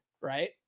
right